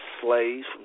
slaves